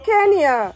Kenya